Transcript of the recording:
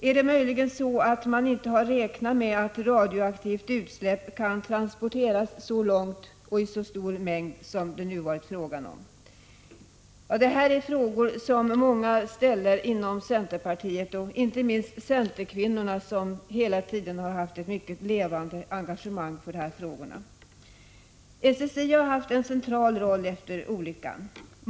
Är det möjligen så att man inte har räknat med att radioaktiva utsläpp kan transporteras så långt och i så stor mängd som det nu har varit fråga om? Detta är frågor som många inom centerpartiet ställer och inte minst centerkvinnorna, som hela tiden har haft ett mycket levande engagemang för dessa frågor. SSI har haft en central roll efter olyckan.